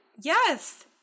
Yes